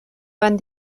van